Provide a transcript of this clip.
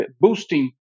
boosting